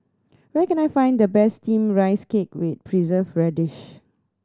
where can I find the best Steamed Rice Cake with Preserved Radish